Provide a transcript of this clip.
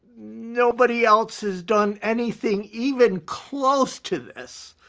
nobody else has done anything even close to this.